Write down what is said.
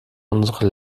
unsere